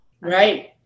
Right